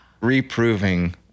reproving